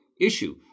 issue